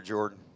Jordan